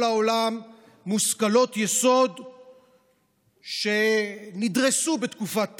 העולם מושכלות יסוד שנדרסו בתקופת טראמפ: